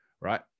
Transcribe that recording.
right